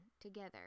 together